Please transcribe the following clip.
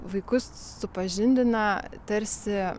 vaikus supažindina tarsi